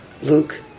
Luke